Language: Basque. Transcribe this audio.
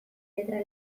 letra